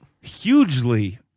hugely